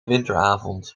winteravond